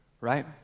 Right